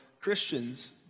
Christians